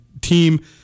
team